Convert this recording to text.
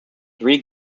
three